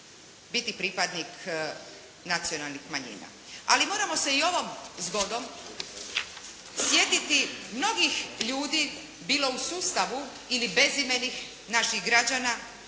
biti pripadnik nacionalnih manjina, ali moramo se i ovom zgodom sjetiti mnogih ljudi bilo u sustavu ili bezimenih naših građana